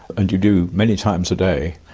and you do many times a day,